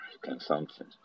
consumption